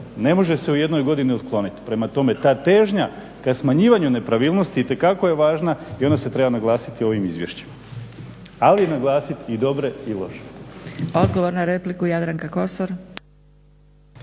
ne može se u jednoj godini otkloniti. Prema tome ta težnja k smanjivanju nepravilnosti itekako je važna i ona se treba naglasiti u ovim izvješćima, ali naglasiti i dobre i loše.